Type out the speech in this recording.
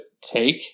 take